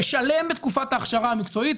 ולשלם בתקופת ההכשרה המקצועית,